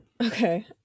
okay